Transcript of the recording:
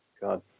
God